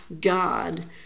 God